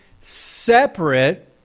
separate